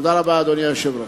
תודה רבה, אדוני היושב-ראש.